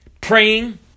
Praying